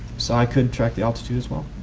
so i could track the altitude as well.